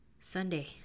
Sunday